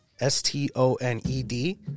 S-T-O-N-E-D